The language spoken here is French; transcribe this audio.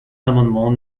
l’amendement